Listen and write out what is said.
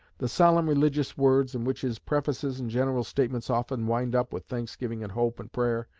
the solemn religious words in which his prefaces and general statements often wind up with thanksgiving and hope and prayer,